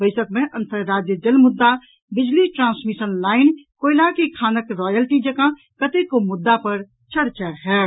बैसक मे अंतर राज्य जल मुद्दा बिजली ट्रांसमिशन लाईन कोयला के खानक रॉयल्टी जकाँ कतेको मुद्दा पर चर्चा होयत